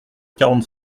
quarante